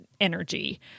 energy